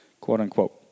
quote-unquote